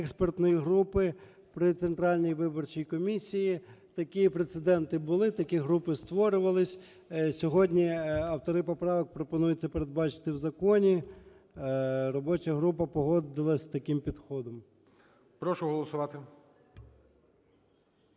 експертної групи при Центральній виборчій комісії. Такі прецеденти були, такі групи створювались. Сьогодні автори поправок пропонують це передбачити в законі. Робоча група погодилась з таким підходом.